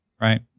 Right